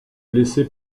blessé